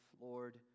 Lord